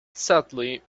sadly